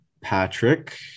Patrick